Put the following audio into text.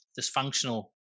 dysfunctional